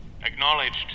Acknowledged